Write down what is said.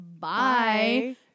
Bye